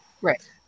Right